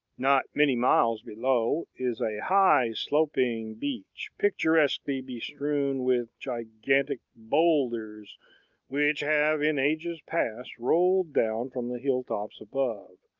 not many miles below, is a high sloping beach, picturesquely bestrewn with gigantic boulders which have in ages past rolled down from the hill-tops above.